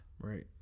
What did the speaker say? Right